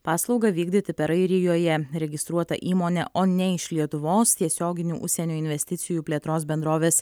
paslaugą vykdyti per airijoje registruotą įmonę o ne iš lietuvos tiesioginių užsienio investicijų plėtros bendrovės